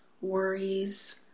worries